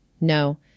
no